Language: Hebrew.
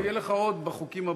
יהיה לך עוד בחוקים הבאים.